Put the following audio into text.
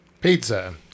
pizza